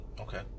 Okay